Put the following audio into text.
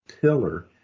pillar